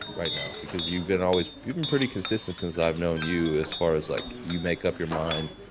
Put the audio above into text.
right now? because you've been always been pretty consistent since i've known you as far as like you make up your mind.